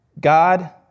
God